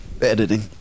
Editing